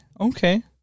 Okay